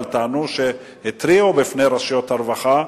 טענו שהתריעו בפני רשויות הרווחה,